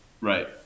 Right